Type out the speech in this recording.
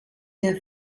der